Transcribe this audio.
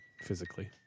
physically